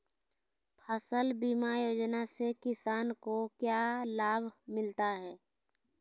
फसल बीमा योजना से किसान को क्या लाभ मिलता है?